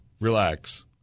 Relax